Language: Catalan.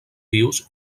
vius